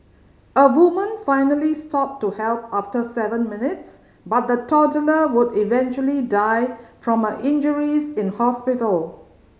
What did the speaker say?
a woman finally stopped to help after seven minutes but the toddler would eventually die from her injuries in hospital